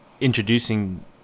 introducing